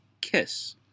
Kiss